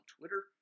Twitter